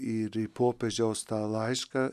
ir į popiežiaus tą laišką